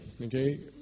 Okay